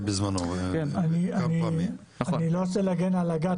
אני לא רוצה להגן על אג"ת,